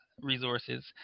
resources